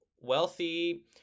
wealthy